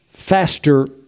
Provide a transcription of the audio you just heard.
faster